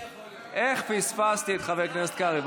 איך פספסתי את חבר הכנסת קרעי.